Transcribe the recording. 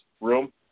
room